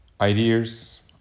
ideas